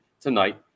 tonight